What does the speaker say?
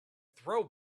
throw